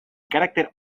carácter